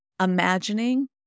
imagining